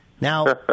Now